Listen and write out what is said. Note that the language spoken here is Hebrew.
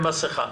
מסכה.